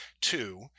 Two